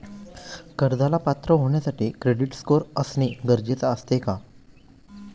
कर्जाला पात्र होण्यासाठी क्रेडिट स्कोअर असणे गरजेचे असते का?